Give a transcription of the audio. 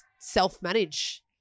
self-manage